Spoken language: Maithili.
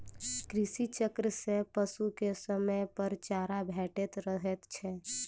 कृषि चक्र सॅ पशु के समयपर चारा भेटैत रहैत छै